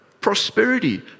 prosperity